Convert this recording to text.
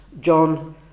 John